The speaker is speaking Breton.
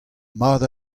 mat